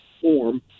form